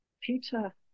Peter